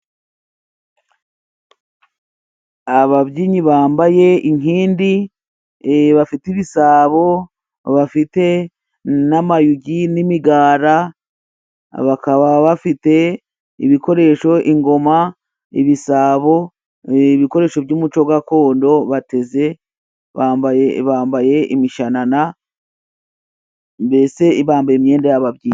Ababyinnyi bambaye inkindi bafite ibisabo, bafite n'amayugi n'imigara, bakaba bafite ibikoresho: ingoma ibisabo, ibikoresho by'umuco gakondo, bateze bambaye bambaye imishanana mbese bambaye imyenda y'ababyinnyi.